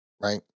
right